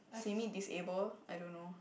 simi disable I don't know